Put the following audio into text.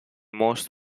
most